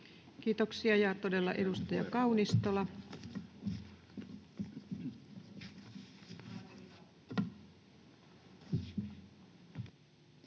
Kiitoksia. — Ja todella, edustaja Kaunistola.